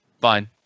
Fine